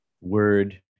word